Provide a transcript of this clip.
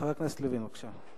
חבר הכנסת לוין, בבקשה.